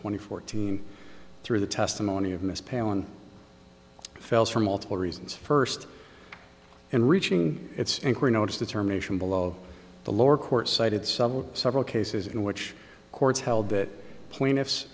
twenty fourteen through the testimony of ms palin fails for multiple reasons first in reaching its inquiry notice determination below the lower court cited several several cases in which courts held that plaintiffs